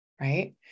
right